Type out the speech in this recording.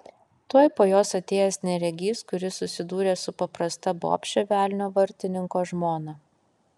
tuoj po jos atėjęs neregys kuris susidūrė su paprasta bobše velnio vartininko žmona